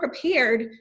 prepared